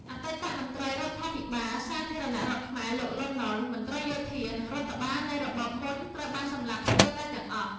អតីតមន្ត្រីរដ្ឋាភិបាលសាធារណរដ្ឋខ្មែរ លោក លន់ នល់ មន្ត្រីយោធា និងរដ្ឋបាលនៃរបបមុន ត្រូវបានសម្លាប់ស្ទើរតែទាំងអស់។